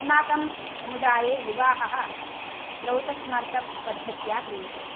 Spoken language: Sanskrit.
अस्माकं समुदाये विवाहः श्रौतस्मार्तपद्धत्या क्रियते